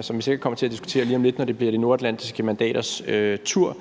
som vi sikkert kommer til at diskutere lige om lidt, når det bliver de nordatlantiske medlemmers tur.